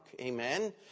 Amen